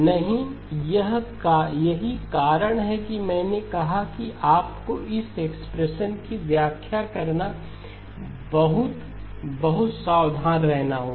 नहीं यही कारण है कि मैंने कहा कि आपको इस एक्सप्रेशन की व्याख्या करना बहुत बहुत सावधान रहना होगा